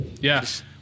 Yes